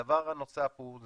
הדבר הנוסף הוא,